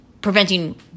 preventing